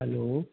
hello